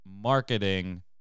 marketing